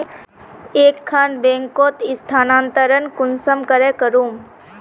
एक खान बैंकोत स्थानंतरण कुंसम करे करूम?